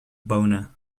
boner